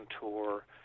tour